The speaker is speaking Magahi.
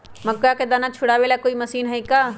मक्का के दाना छुराबे ला कोई मशीन हई का?